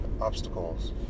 obstacles